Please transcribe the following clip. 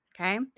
okay